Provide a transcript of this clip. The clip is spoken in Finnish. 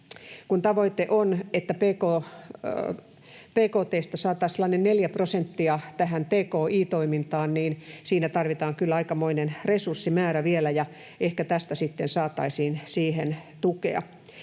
kun tavoite on, että bkt:sta saataisiin sellainen 4 prosenttia tähän tki-toimintaan, niin siinä tarvitaan kyllä aikamoinen resurssimäärä vielä, ja ehkä tästä sitten saataisiin siihen tukea.